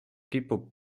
kipub